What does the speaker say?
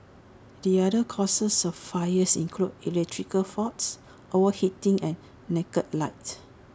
the other causes of fires include electrical faults overheating and naked lights